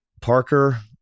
parker